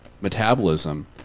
metabolism